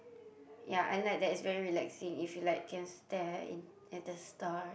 ya I like that it's very relaxing if you like can stare at the star